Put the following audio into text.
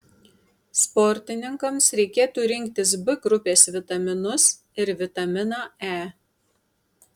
sportininkams reikėtų rinktis b grupės vitaminus ir vitaminą e